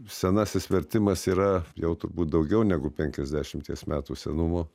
senasis vertimas yra jau turbūt daugiau negu penkiasdešimties metų senumo